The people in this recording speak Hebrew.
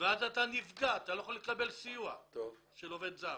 ואז אתה נפגע, אתה לא יכול לקבל סיוע של עובד זר.